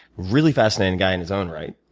really fascinating guy in his own right.